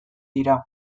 dira